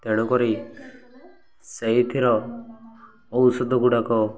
ତେଣୁକରି ସେଇଥିର ଔଷଧ ଗୁଡ଼ାକ